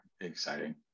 exciting